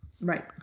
Right